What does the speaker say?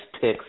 picks